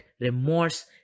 remorse